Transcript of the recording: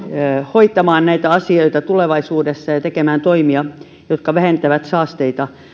hoitamaan näitä asioita tulevaisuudessa ja tekemään toimia jotka vähentävät saasteita